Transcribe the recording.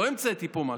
לא המצאתי פה משהו.